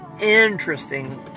interesting